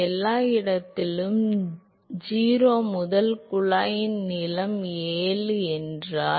எல்லா இடங்களிலும் 0 முதல் குழாயின் நீளம் L என்றால்